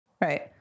Right